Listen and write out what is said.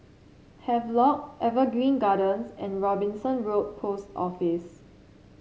Havelock Evergreen Gardens and Robinson Road Post Office